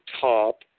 top